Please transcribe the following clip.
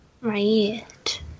Right